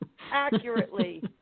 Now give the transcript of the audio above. accurately